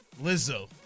Lizzo